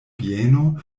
bieno